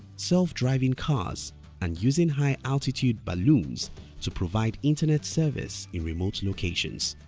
self-driving cars and using high altitude balloons to provide internet service in remote locations.